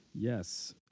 Yes